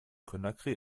conakry